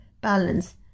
balance